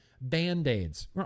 Band-Aids